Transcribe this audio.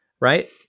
Right